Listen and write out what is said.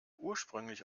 ursprünglich